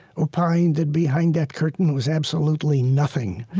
opined that behind that curtain was absolutely nothing.